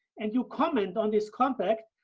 and you comment on this compact,